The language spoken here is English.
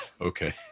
okay